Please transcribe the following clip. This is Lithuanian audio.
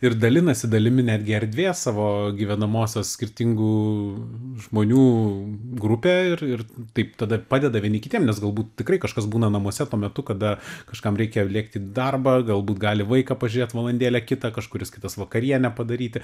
ir dalinasi dalimi netgi erdvės savo gyvenamosios skirtingų žmonių grupė ir ir taip tada padeda vieni kitiem nes galbūt tikrai kažkas būna namuose tuo metu kada kažkam reikia lėkti darbą galbūt gali vaiką pažėt valandėlę kitą kažkuris kitas vakarienę padaryti